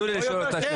תנו לי לשאול את השאלה.